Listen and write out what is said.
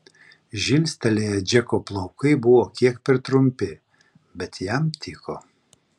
žilstelėję džeko plaukai buvo kiek per trumpi bet jam tiko